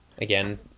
again